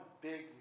big